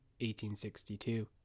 1862